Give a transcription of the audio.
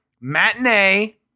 matinee